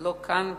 לא כאן בכנסת,